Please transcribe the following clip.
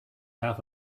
half